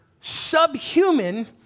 subhuman